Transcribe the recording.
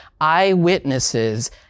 Eyewitnesses